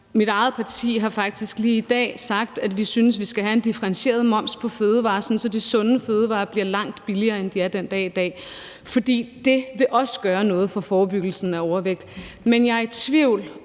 Mit eget parti har faktisk lige i dag sagt, at vi synes, vi skal have en differentieret moms på fødevarer, sådan at de sunde fødevarer bliver langt billigere, end de er i dag, for det vil også gøre noget for forebyggelsen af overvægt. Men jeg er i tvivl